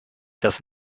das